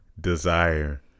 desire